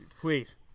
Please